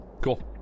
cool